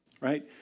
right